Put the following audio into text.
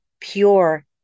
Pure